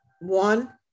one